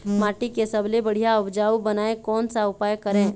माटी के सबसे बढ़िया उपजाऊ बनाए कोन सा उपाय करें?